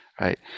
right